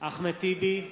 אחמד טיבי,